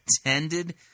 attended